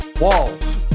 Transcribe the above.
walls